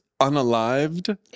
Unalived